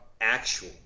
actual